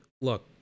look